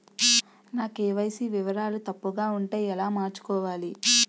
నా కే.వై.సీ వివరాలు తప్పుగా ఉంటే ఎలా మార్చుకోవాలి?